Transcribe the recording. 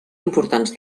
importants